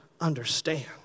understand